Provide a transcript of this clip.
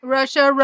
Russia